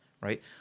Right